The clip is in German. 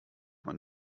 man